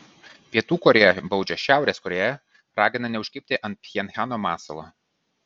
pietų korėja baudžia šiaurės korėją ragina neužkibti ant pchenjano masalo